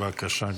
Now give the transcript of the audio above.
בבקשה.